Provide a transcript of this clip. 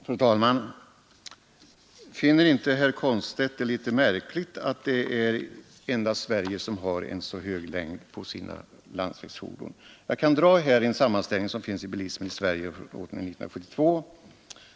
Fru talman! Finner inte herr Komstedt det litet märkligt att endast Sverige har en så stor längd på sina landsvägsfordon som 24 meter? Jag kan redovisa en sammanställning som finns i Bilismen i Sverige 1972.